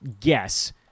guess